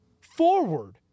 forward